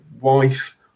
wife